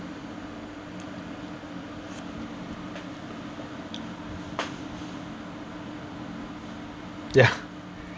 ya